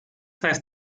heißt